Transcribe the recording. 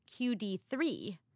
QD3